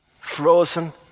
frozen